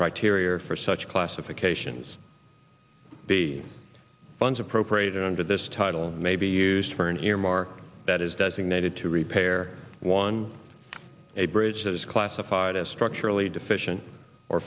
criteria for such classifications the funds appropriated under this title may be used for an earmark that is designated to repair one a bridge that is classified as structurally deficient or